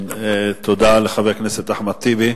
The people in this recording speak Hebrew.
תודה לחבר הכנסת אחמד טיבי.